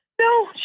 No